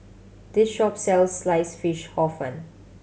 this shop sells slice fish Hor Fun